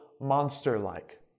monster-like